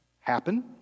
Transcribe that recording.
happen